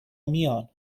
میان